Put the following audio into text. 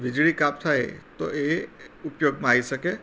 વીજળી કાપ થાય તો એ ઉપયોગમાં આવી શકે